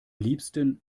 liebsten